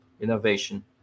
Innovation